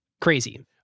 crazy